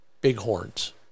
bighorns